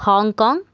Hong Kong